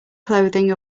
clothing